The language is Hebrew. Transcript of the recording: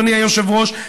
אדוני היושב-ראש,